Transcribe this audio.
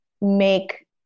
make